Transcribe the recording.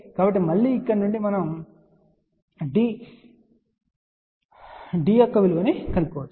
కాబట్టి మళ్ళీ ఇక్కడ నుండి మనం D యొక్క విలువను కనుగొనవచ్చు